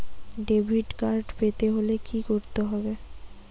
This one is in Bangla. ডেবিটকার্ড পেতে হলে কি করতে হবে?